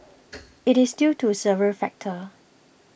it is due to several factors